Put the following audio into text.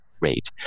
rate